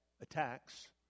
attacks